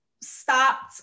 stopped